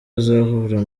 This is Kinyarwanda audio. azahura